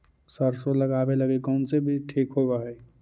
सरसों लगावे लगी कौन से बीज ठीक होव हई?